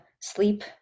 sleep